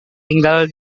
tinggal